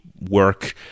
work